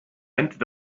hinted